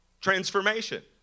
transformation